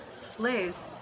slaves